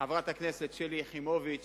חברת הכנסת שלי יחימוביץ